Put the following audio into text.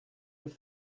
have